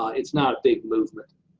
it's not a big movement.